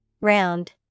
Round